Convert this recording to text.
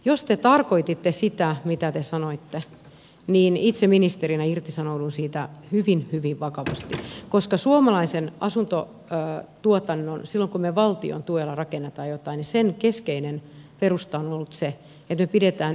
jos te tarkoititte sitä mitä te sanoitte niin itse ministerinä irtisanoudun siitä hyvin hyvin vakavasti koska suomalaisen asuntotuotannon silloin kun me valtion tuella rakennamme jotain keskeinen perusta on ollut se että me pidämme yleishyödyllisyydestä kiinni